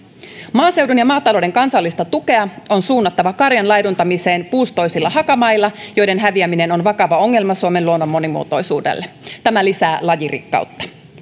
maaseudun ja maatalouden kansallista tukea on suunnattava karjan laiduntamiseen puustoisilla hakamailla joiden häviäminen on vakava ongelma suomen luonnon monimuotoisuudelle tämä lisää lajirikkautta